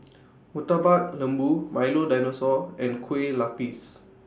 Murtabak Lembu Milo Dinosaur and Kueh Lapis